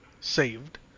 Saved